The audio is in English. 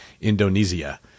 Indonesia